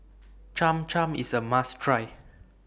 Cham Cham IS A must Try